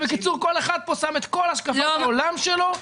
כל אחד שם כאן את כל השקפת העולם שלו.